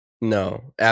No